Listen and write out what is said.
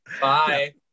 bye